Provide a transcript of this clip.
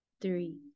three